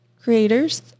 creators